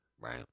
Right